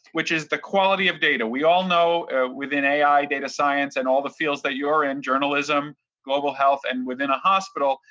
which is the quality of data. we all know within ai, data science and all the fields that you're in, journalism global health and within a hospital,